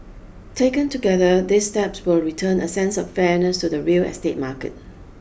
taken together these steps will return a sense of fairness to the real estate market